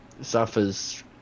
suffers